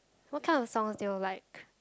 what kind of songs do you like